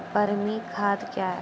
बरमी खाद कया हैं?